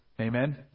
Amen